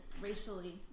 racially